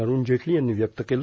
अरुण जेटली यांनी व्यक्त केलं